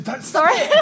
sorry